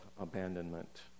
abandonment